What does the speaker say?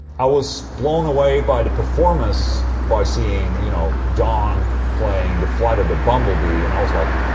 i was blown away by the performance by seeing, you know, john playing the flight of the bumblebee and i was like.